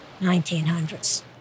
1900s